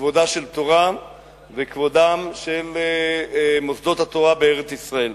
כבודה של תורה וכבודם של מוסדות התורה בארץ-ישראל.